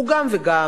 הוא גם וגם,